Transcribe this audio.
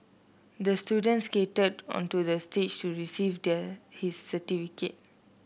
the student skated onto the stage to receive their his certificate